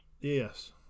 Yes